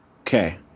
Okay